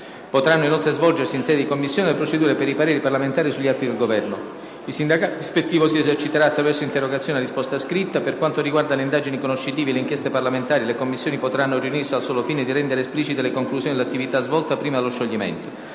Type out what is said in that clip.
Potranno inoltre svolgersi, in sede di Commissione, le procedure per i pareri parlamentari sugli atti del Governo. Il sindacato ispettivo si eserciterà attraverso interrogazioni a risposta scritta. Per quanto riguarda le indagini conoscitive e le inchieste parlamentari, le Commissioni potranno riunirsi al solo fine di rendere esplicite le conclusioni dell'attività svolta prima dello scioglimento.